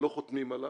לא חותמים עליו,